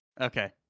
Okay